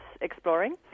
exploring